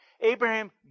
Abraham